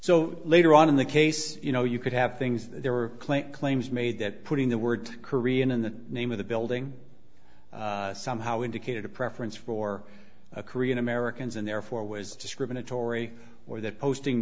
so later on in the case you know you could have things they were playing claims made that putting the word korean in the name of the building somehow indicated a preference for a korean americans and therefore was discriminatory or that posting